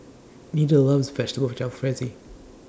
Nita loves Vegetable Jalfrezi